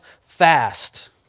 fast